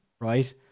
right